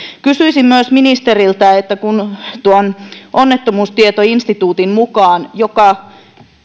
kysyisin myös ministeriltä kun tuon onnettomuustietoinstituutin mukaan joka